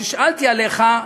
כששאלתי עליך,